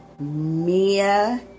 Mia